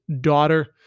daughter